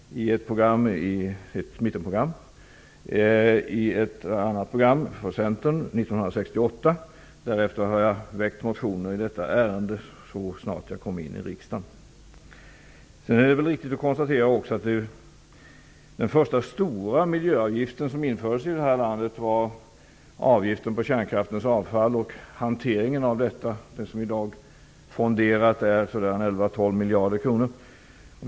Miljöavgifter fanns också med i ett annat program från Centern 1968. Så snart jag kom in i riksdagen började jag väcka motioner i detta ämne. Det är också riktigt att konstatera att den första stora miljöavgift som infördes i vårt land var avgiften för känkraftens avfall och för hanteringen av detta. I dag är 11--12 miljarder kronor fonderade.